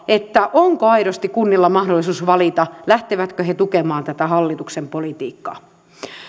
onko aidosti kunnilla mahdollisuus valita lähtevätkö he tukemaan tätä hallituksen politiikkaa